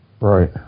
Right